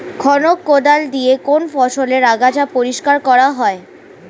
খনক কোদাল দিয়ে কোন ফসলের আগাছা পরিষ্কার করা হয়?